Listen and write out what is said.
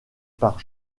par